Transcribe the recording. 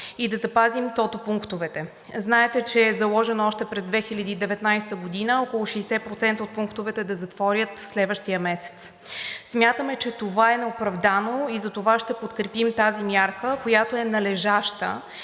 и да запазим тотопунктовете. Знаете, че е заложено още през 2019 г. около 60% от пунктовете да затворят следващия месец. Смятаме, че това е неоправдано, и затова ще подкрепим тази мярка, която е належаща